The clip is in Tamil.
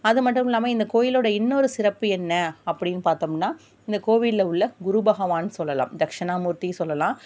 அது மட்டும் இல்லாம இந்த கோயிலோட இன்னொரு சிறப்பு என்ன அப்படின்னு பார்த்தோமுனா இந்த கோவிலில் உள்ள குருபகவான் சொல்லலாம் தட்சணாமூர்த்தி சொல்லலாம்